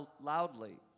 loudly